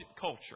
culture